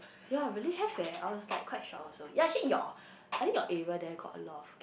ya really have eh I was like quite shocked also ya actually your I think your area there got a lot of